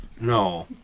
No